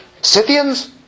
Scythians